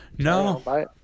No